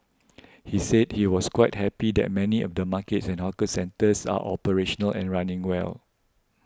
he said he was quite happy that many of the markets and hawker centres are operational and running well